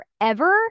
forever